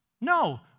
No